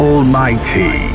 Almighty